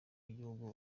w’igihugu